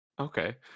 okay